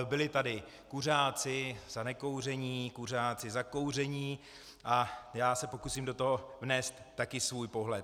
Byli tady kuřáci za nekouření, kuřáci za kouření a já se pokusím do toho vnést také svůj pohled.